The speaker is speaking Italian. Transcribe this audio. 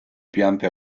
piante